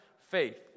faith